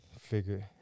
figure